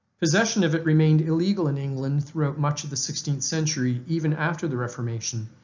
possession of it remained illegal in england throughout much of the sixteenth century even after the reformation,